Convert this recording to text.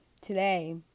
today